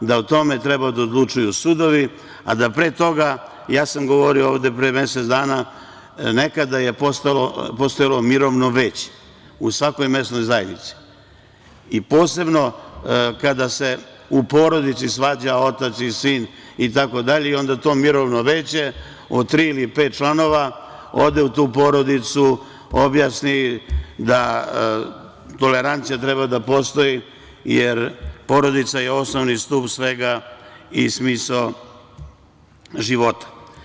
O tome treba da odlučuju sudovi, a da pre toga, govorio sam ovde pre mesec dana, nekada je postojalo mirovno veće u svako mesnoj zajednici, posebno kada se u porodici svađaju otac i sin itd. i onda to mirovno veće od tri ili pet članova ode u tu porodicu, objasni da tolerancija treba da postoji jer porodica je osnovni stub svega i smisao života.